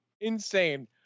insane